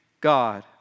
God